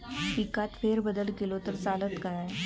पिकात फेरबदल केलो तर चालत काय?